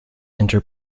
enter